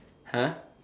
!huh!